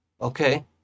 Okay